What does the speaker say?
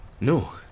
No